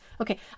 Okay